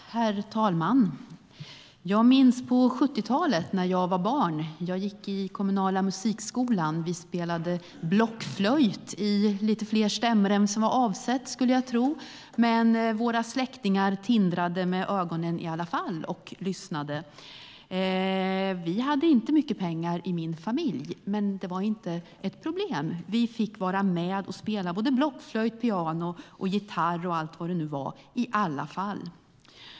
Herr talman! Jag minns 70-talet, när jag var barn. Jag gick i den kommunala musikskolan. Vi spelade blockflöjt i lite fler stämmor än vad som var avsett, men våra släktingar tindrade med ögonen och lyssnade ändå. Vi hade inte mycket pengar i min familj, men det var inte något problem. Vi fick vara med i alla fall och spela blockflöjt, piano, gitarr och allt vad det var.